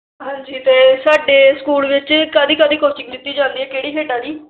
ਹਾਂਜੀ ਅਤੇ ਸਾਡੇ ਸਕੂਲ ਵਿੱਚ ਕਾਹਦੀ ਕਾਹਦੀ ਕੋਚਿੰਗ ਦਿੱਤੀ ਜਾਂਦੀ ਹੈ ਕਿਹੜੀ ਖੇਡਾਂ ਦੀ